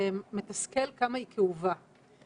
שמתסכל כמה היא כאובה.